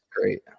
great